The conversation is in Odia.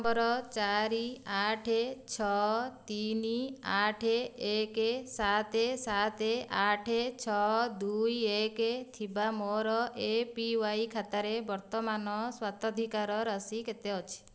ପ୍ରାନ୍ ନମ୍ବର ଚାରି ଆଠ ଛଅ ତିନି ଆଠ ଏକ ସାତ ସାତ ଆଠ ଛଅ ଦୁଇ ଏକ ଥିବା ମୋର ଏ ପି ୱାଇ ଖାତାରେ ବର୍ତ୍ତମାନ ସ୍ୱତ୍ୱାଧିକାର ରାଶି କେତେ ଅଛି